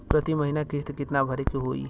प्रति महीना किस्त कितना भरे के होई?